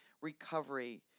recovery